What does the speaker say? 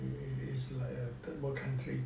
is like a third world country